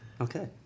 Okay